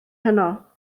heno